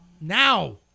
now